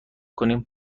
کنیم